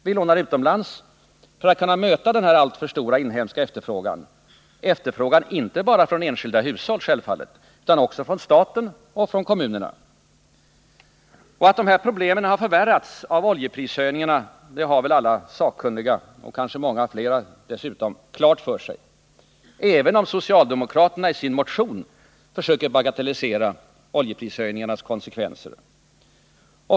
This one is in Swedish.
Vi lånar utomlands för att kunna möta den här alltför stora inhemska efterfrågan — efterfrågan självfallet inte bara från enskilda hushåll utan också från staten och från kommunerna. Att problemen har förvärrats av oljeprishöjningarna har väl alla sakkunniga, och kanske många andra dessutom, klart för sig, även om socialdemokraterna i sin motion försöker bagatellisera oljeprishöjningarnas konsekvenser.